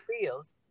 feels